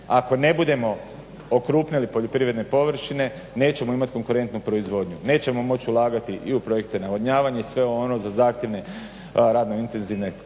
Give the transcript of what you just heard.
Ako ne budemo okrupnili poljoprivredne površine nećemo imati konkurentnu proizvodnju, nećemo moći ulagati i u projekte navodnjavanja i sve ono za zahtjevne radno intenzivne kulture